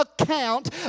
account